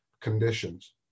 conditions